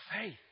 faith